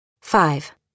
Five